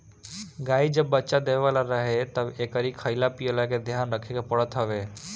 गाई जब बच्चा देवे वाला रहे तब एकरी खाईला पियला के ध्यान रखे के पड़त हवे